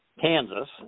Kansas